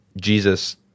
Jesus